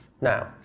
Now